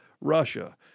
Russia